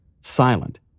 silent